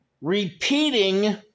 Repeating